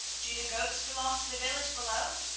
do the goats belong to the village below?